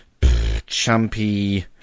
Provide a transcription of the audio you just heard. Chumpy